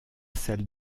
celle